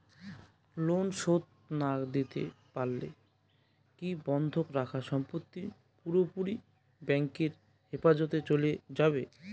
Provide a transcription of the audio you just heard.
Loan শোধ না দিতে পারলে কি বন্ধক রাখা সম্পত্তি পুরোপুরি ব্যাংকের হেফাজতে চলে যাবে?